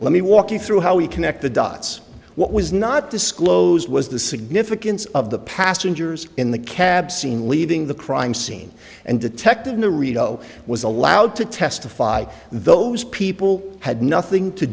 let me walk you through how we connect the dots what was not disclosed was the significance of the passengers in the cab seen leaving the crime scene and detectives to read oh was allowed to testify those people had nothing to